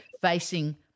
facing